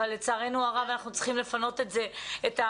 אבל לצערנו הרב אנחנו צריכים לפנות את המקום